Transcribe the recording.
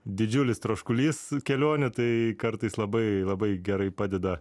didžiulis troškulys kelionių tai kartais labai labai gerai padeda